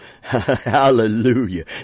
Hallelujah